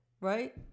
right